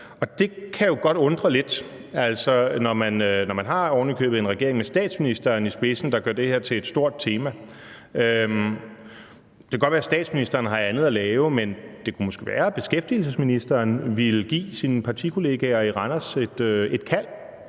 Det kan jo godt undre lidt, når man ovenikøbet har en regering med statsministeren i spidsen, der gør det her til et stort tema. Det kan godt være, at statsministeren har andet at lave, men det kunne måske være, at beskæftigelsesministeren ville give sine partikollegaer i Randers et kald.